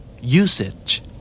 Usage